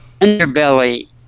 underbelly